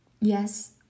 Yes